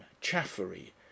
Chaffery